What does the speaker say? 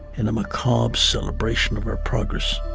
in a macabre celebration of our progress.